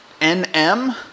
NM